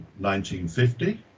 1950